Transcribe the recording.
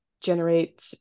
generate